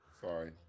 Sorry